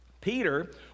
Peter